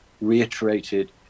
reiterated